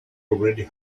already